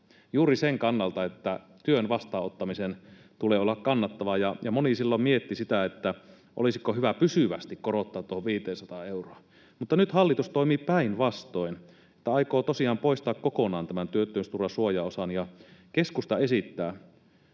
juuri sen kannalta, että työn vastaanottamisen tulee olla kannattavaa. Moni silloin mietti sitä, olisiko hyvä pysyvästi korottaa tuohon 500 euroon. Mutta nyt hallitus toimii päinvastoin, kun aikoo tosiaan poistaa kokonaan tämän työttömyysturvan suojaosan. Keskusta esittää